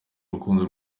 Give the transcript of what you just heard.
rukundo